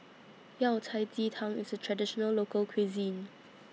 Yao Cai Ji Tang IS A Traditional Local Cuisine